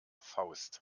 faust